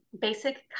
basic